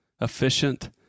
Efficient